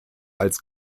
als